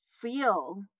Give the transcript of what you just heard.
feel